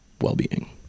well-being